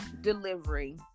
delivery